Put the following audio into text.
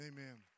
Amen